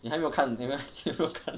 你还没有你还没有看